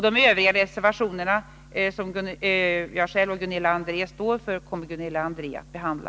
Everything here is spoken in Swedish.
De övriga reservationer som jag själv och Gunilla André står för kommer Gunilla André att behandla.